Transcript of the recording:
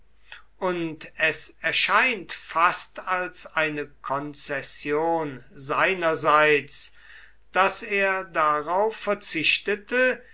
und es erscheint fast als eine konzession seinerseits daß er darauf verzichtete